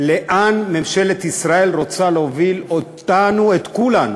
לאן ממשלת ישראל רוצה להוביל אותנו, את כולנו.